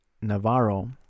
Navarro